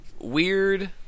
weird